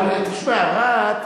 אבל תשמע, רהט